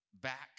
back